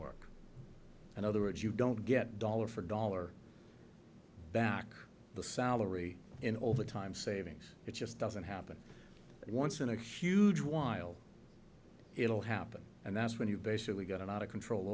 work in other words you don't get dollar for dollar back the salary in overtime savings it just doesn't happen once in a huge while it'll happen and that's when you basically get out of control